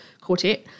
quartet